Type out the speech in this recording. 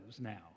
now